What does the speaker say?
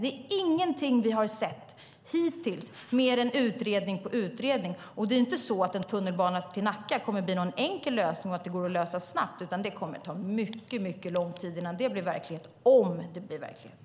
Vi har inte sett någonting hittills, mer än utredning på utredning. Och det är inte så att en tunnelbana till Nacka kommer att kunna lösas snabbt, utan det kommer att ta mycket lång tid innan det blir verklighet - om det blir verklighet.